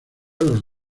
los